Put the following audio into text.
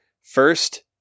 First